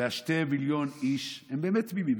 ושני מיליון איש הם באמת תמימים,